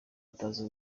utazi